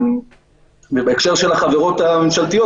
בהקשר לחברות הממשלתיות,